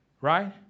right